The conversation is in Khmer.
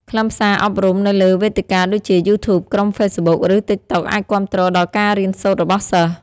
ខ្លឹមសារអប់រំនៅលើវេទិកាដូចជា YouTube ក្រុម Facebook ឬ TikTok អាចគាំទ្រដល់ការរៀនសូត្ររបស់សិស្ស។